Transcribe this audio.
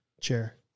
chair